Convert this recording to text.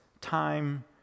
time